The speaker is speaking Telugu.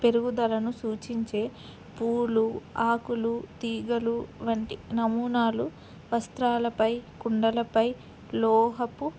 పెరుగుదలను సూచించే పూలు ఆకులు తీగలు వంటి నమూనాలు వస్త్రాలపై కుండలపై లోహపు